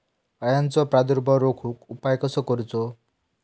अळ्यांचो प्रादुर्भाव रोखुक उपाय कसो करूचो?